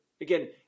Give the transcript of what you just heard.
again